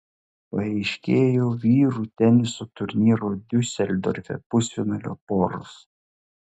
paaiškėjo vyrų teniso turnyro diuseldorfe pusfinalio poros